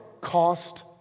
cost